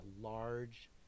large